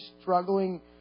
struggling